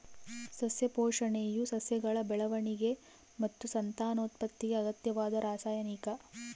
ಸಸ್ಯ ಪೋಷಣೆಯು ಸಸ್ಯಗಳ ಬೆಳವಣಿಗೆ ಮತ್ತು ಸಂತಾನೋತ್ಪತ್ತಿಗೆ ಅಗತ್ಯವಾದ ರಾಸಾಯನಿಕ